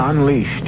unleashed